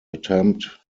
attempt